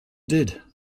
did